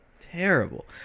terrible